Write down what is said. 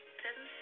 seven